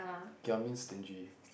giam means stingy